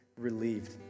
relieved